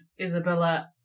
Isabella